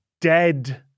dead